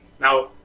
now